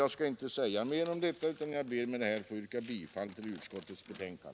Jag skall inte säga mer om detta utan ber att få yrka bifall till utskottets hemställan.